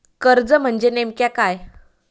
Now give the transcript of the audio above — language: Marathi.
कर्ज म्हणजे नेमक्या काय?